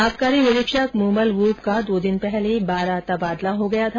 आबकारी निरीक्षक मूमल बूब का दो दिन पहले बारां तबादला हो गया था